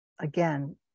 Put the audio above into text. again